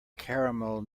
caramel